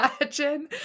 Imagine